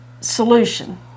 solution